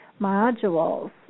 modules